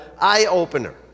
eye-opener